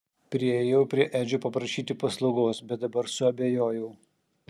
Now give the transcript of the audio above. priėjau prie edžio paprašyti paslaugos bet dabar suabejojau